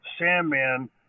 Sandman